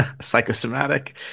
psychosomatic